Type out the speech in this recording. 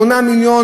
8 מיליון,